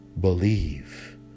Believe